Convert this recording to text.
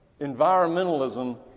environmentalism